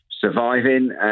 surviving